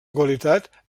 qualitat